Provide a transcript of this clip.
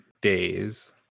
days